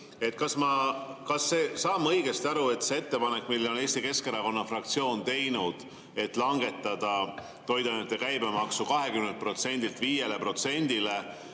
ma saan õigesti aru, et selleks, et see ettepanek, mille on Eesti Keskerakonna fraktsioon teinud, et langetada toiduainete käibemaksu 20%-lt 5%-le,